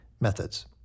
Methods